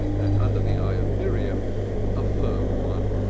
and under the eye of miriam a firm one.